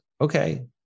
okay